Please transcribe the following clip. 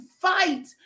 fight